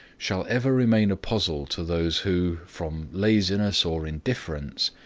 shall ever remain a puzzle to those who, from laziness or indifference,